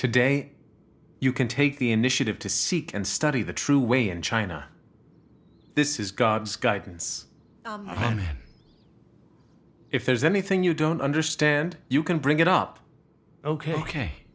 today you can take the initiative to seek and study the true way in china this is god's guidance i mean if there's anything you don't understand you can bring it up ok